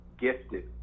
gifted